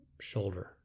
shoulder